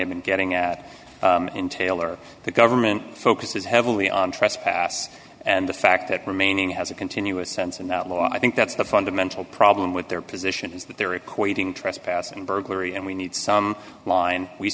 been getting at in taylor the government focuses heavily on trespass and the fact that remaining has a continuous sense in that law i think that's the fundamental problem with their position is that they're equating trespass and burglary and we need some line we